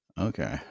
Okay